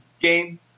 game